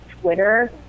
twitter